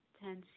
tense